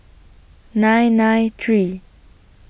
nine nine three